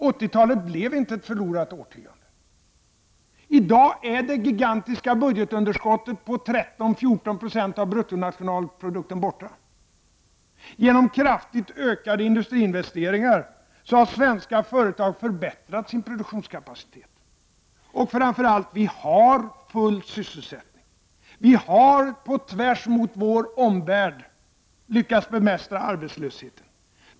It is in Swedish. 80-talet blev inte ett förlorat årtionde. I dag är det gigantiska budgetunderskottet på 13-14 960 av bruttonationalprodukten borta. Genom kraftigt ökade industriinvesteringar har svenska företag förbättrat sin produktionskapacitet. Framför allt har vi full sysselsättning. Vi har, på tvärs mot vår omvärld, lyckats bemästra arbetslösheten.